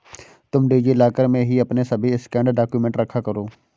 तुम DigiLocker में ही अपने सभी स्कैंड डाक्यूमेंट रखा करो